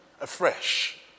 afresh